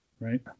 right